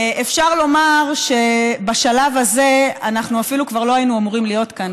אפשר לומר שבשלב הזה אנחנו אפילו כבר לא היינו אמורים להיות כאן,